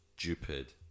stupid